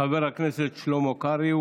חבר הכנסת שלמה קרעי,